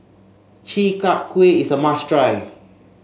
Chi Kak Kuih is a must try